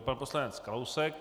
Pan poslanec Kalousek.